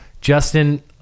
Justin